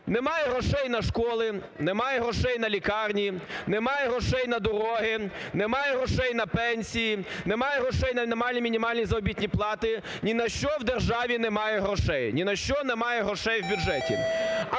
Немає грошей на школи, немає грошей на лікарні, немає грошей на дороги, немає грошей на пенсії, немає грошей на нормальні мінімальні заробітні плати, ні на що в державі немає грошей, ні на що немає грошей в бюджеті.